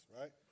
right